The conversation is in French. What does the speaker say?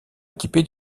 équipé